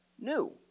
new